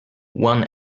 one